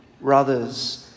brothers